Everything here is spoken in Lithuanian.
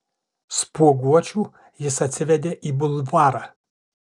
spuoguočių jis atsivedė į bulvarą